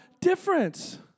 difference